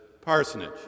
Parsonage